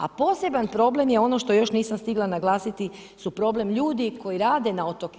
A poseban problem je ono što još nisam stigla naglasiti su problem ljudi koji rade na otocima.